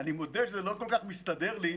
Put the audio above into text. אני מודה שזה לא כל כך מסתדר לי.